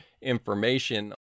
information